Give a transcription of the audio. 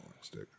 stick